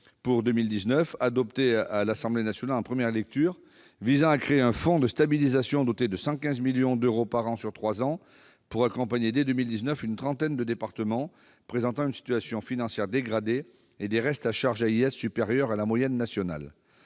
qui a été adopté par l'Assemblée nationale en première lecture. Cet amendement vise à créer un fonds de stabilisation doté de 115 millions d'euros sur trois ans pour accompagner dès 2019 une trentaine de départements présentant une situation financière dégradée et des restes à charge au titre des AIS supérieurs à la moyenne nationale.